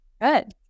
good